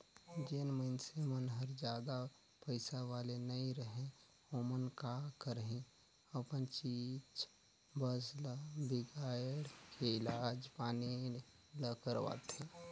जेन मइनसे मन हर जादा पइसा वाले नइ रहें ओमन का करही अपन चीच बस ल बिगायड़ के इलाज पानी ल करवाथें